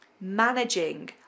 managing